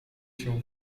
się